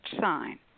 sign